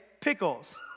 pickles